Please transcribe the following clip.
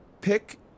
Pick